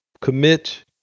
commit